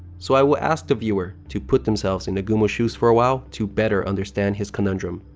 so, i will ask the viewer to put themselves in nagumo's shoes for a while to better understand his conundrum.